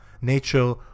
nature